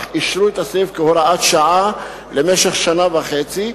אך אישרו את הסעיף כהוראת שעה למשך שנה וחצי,